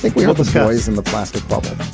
like we hope this guy's in the plastic bubble.